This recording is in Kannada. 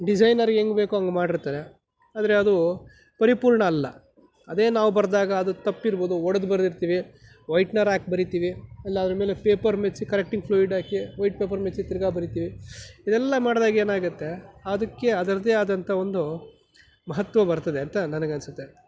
ಡಿಸೈನರ್ ಹೆಂಗೆ ಬೇಕೋ ಹಂಗೆ ಮಾಡಿರ್ತಾರೆ ಆದರೆ ಅದು ಪರಿಪೂರ್ಣ ಅಲ್ಲ ಅದೇ ನಾವು ಬರೆದಾಗ ಅದು ತಪ್ಪಿರ್ಬೋದು ಒಡ್ದು ಬರ್ದಿರ್ತೀವಿ ವೈಟ್ನರ್ ಹಾಕಿ ಬರಿತೀವಿ ಇಲ್ಲ ಅದ್ರ್ಮೇಲೆ ಪೇಪರ್ ಮೆತ್ತಿಸಿ ಕರೆಕ್ಟಿಂಗ್ ಫ್ಲೂಯಿಡ್ ಹಾಕಿ ವೈಟ್ ಪೇಪರ್ ಮೆತ್ತಿಸಿ ತಿರ್ಗಾ ಬರಿತೀವಿ ಇವೆಲ್ಲ ಮಾಡಿದಾಗ ಏನಾಗತ್ತೆ ಅದಕ್ಕೆ ಅದರದೇ ಆದಂಥ ಒಂದು ಮಹತ್ವ ಬರ್ತದೆ ಅಂತ ನನಗನ್ಸತ್ತೆ